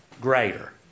greater